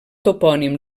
topònim